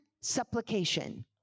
supplication